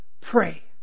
Pray